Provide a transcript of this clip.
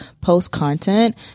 post-content